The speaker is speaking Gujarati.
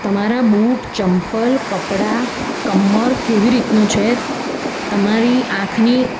તમારા બુટ ચંપલ કપડા કમર કેવી રીતનું છે તમારી આંખની